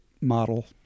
model